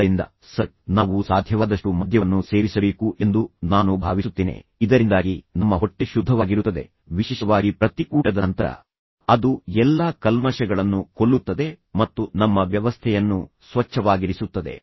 ಆದ್ದರಿಂದ ಸರ್ ನಾವು ಸಾಧ್ಯವಾದಷ್ಟು ಮದ್ಯವನ್ನು ಸೇವಿಸಬೇಕು ಎಂದು ನಾನು ಭಾವಿಸುತ್ತೇನೆ ಇದರಿಂದಾಗಿ ನಮ್ಮ ಹೊಟ್ಟೆ ಶುದ್ಧವಾಗಿರುತ್ತದೆ ವಿಶೇಷವಾಗಿ ಪ್ರತಿ ಊಟದ ನಂತರ ಅದು ಎಲ್ಲಾ ಕಲ್ಮಶಗಳನ್ನು ಕೊಲ್ಲುತ್ತದೆ ಮತ್ತು ನಮ್ಮ ವ್ಯವಸ್ಥೆಯನ್ನು ಸ್ವಚ್ಛವಾಗಿರಿಸುತ್ತದೆ